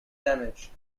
damage